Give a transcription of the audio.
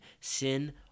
sin